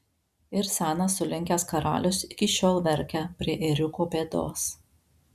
ir senas sulinkęs karalius iki šiol verkia prie ėriuko pėdos